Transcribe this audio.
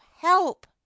help